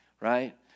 Right